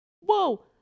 whoa